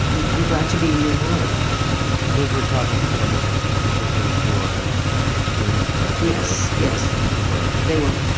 i'm i'm glad to be in your world those were travels that you undertook specifically for doing this book. yes. yes, they were. they were.